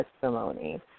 testimony